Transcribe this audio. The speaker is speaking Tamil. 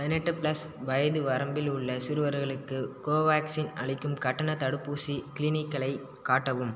பதினெட்டு ப்ளஸ் வயது வரம்பில் உள்ள சிறுவர்களுக்கு கோவேக்சின் அளிக்கும் கட்டணத் தடுப்பூசி கிளினிக்களைக் காட்டவும்